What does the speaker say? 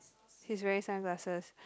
he's wearing sun glasses